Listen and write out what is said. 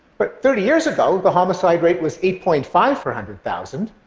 but thirty years ago, the homicide rate was eight point five per hundred thousand,